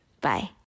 bye